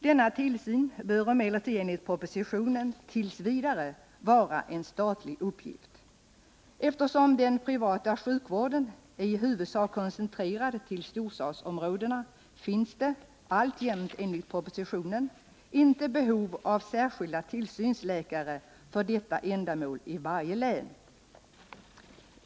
Denna tillsyn bör emellertid enligt propositionen t. v. vara en statlig uppgift. Eftersom den privata sjukvården är i huvudsak koncentrerad till storstadsområdena finns det inte — alltjämt enligt propositionen — behov av särskilda tillsynsläkare för detta ändamål i varje län.